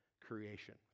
creation